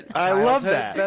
i love that! that's